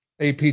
AP